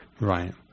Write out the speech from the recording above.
Right